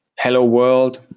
hello world,